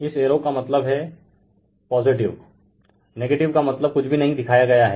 इस एरो का मतलब पॉजिटिव हैं नेगेटिव का मतलब कुछ भी नही दिखाया गया हैं